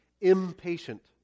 impatient